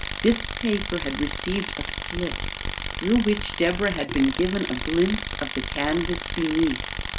this paper had received a slit through which deborah had been given a glimpse of the canvas beneath.